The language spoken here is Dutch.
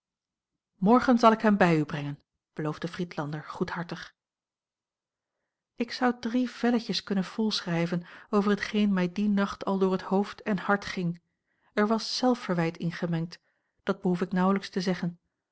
morgen zal ik hem bij u brengen beloofde friedlander goedhartig ik zou drie velletjes kunnen volschrijven over hetgeen mij dien nacht al door het hoofd en hart ging er was zelfverwijt in gemengd dat behoef ik nauwelijks te zeggen